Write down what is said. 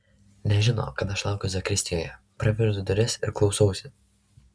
nežino kad aš laukiu zakristijoje praveriu duris ir klausausi